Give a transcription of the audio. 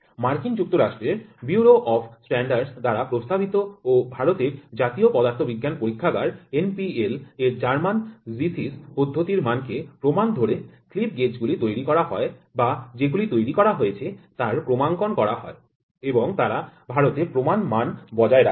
মার্কিন যুক্তরাষ্ট্রের bureau of standards দ্বারা প্রস্তাবিত ও ভারতের জাতীয় পদার্থবিজ্ঞান পরীক্ষাগার এনপিএল এর জার্মান জিসিস পদ্ধতির মানকে প্রমাণ ধরে স্লিপ গেজ গুলি তৈরি করা হয় বা যে গুলি তৈরি হয়েছে তার ক্রমাঙ্কন করা হয়এবং তারা ভারতে প্রমান মান বজায় রাখে